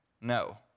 No